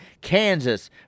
Kansas